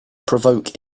provoke